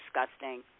disgusting